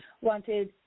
wanted